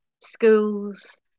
schools